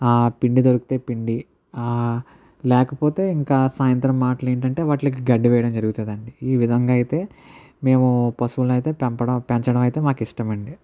పిండి దొరికితే పిండి లేకపోతే ఇంకా సాయంత్రం మాటలు ఏమిటంటే వాటికి గడ్డి వేయడం జరుగుతుంది అండి ఈ విధంగా అయితే మేము పశువులను అయితే పెంపడం పెంచడం అయితే మాకు ఇష్టమండి